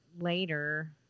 Later